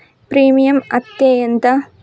Premium అత్తే ఎంత?